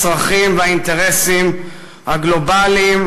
הצרכים והאינטרסים הגלובליים,